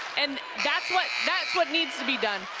and that's what what needs to be done.